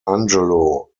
angelo